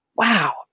wow